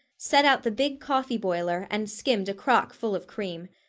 set out the big coffee boiler, and skimmed a crock full of cream.